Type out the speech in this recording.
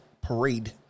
Parade